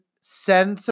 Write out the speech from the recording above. Send